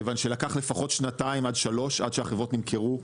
כיוון שלקח לפחות שנתיים עד שלוש עד שהחברות נמכרו.